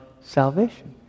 salvation